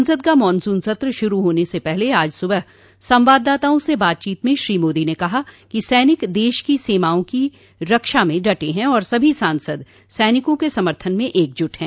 संसद का मॉनसून सत्र शुरू होने से पहले आज सुबह संवाददाताओं से बातचीत में श्री मोदी ने कहा कि सैनिक देश की सीमाओं की रक्षा में डटे हैं और सभी सांसद सैनिकों के समर्थन में एकजुट हैं